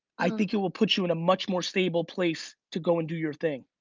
i think it will put you in a much more stable place to go and do your thing.